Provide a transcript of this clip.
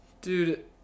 Dude